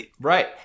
Right